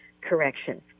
correction